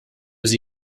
was